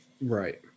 Right